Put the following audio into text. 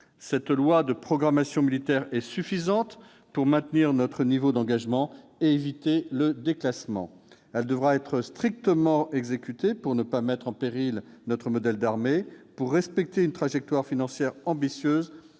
Cette loi de programmation militaire est suffisante pour maintenir notre niveau d'engagement et éviter le déclassement. Elle devra être strictement exécutée pour ne pas mettre en péril notre modèle d'armée. Pour respecter une trajectoire financière ambitieuse,